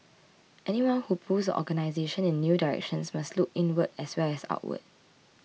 anyone who pulls the organisation in new directions must look inward as well as outward